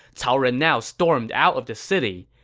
cao ren now stormed out of the city.